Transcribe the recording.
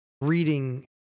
reading